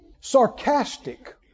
sarcastic